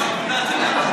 גם שיקול הדעת שלהם לא טוב?